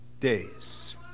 days